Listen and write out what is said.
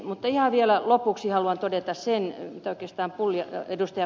mutta ihan vielä lopuksi haluan todeta sen mitä oikeastaan ed